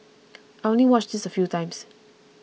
I only watched this a few times